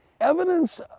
Evidence